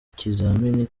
ikizami